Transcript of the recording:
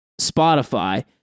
Spotify